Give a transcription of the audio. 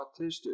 autistic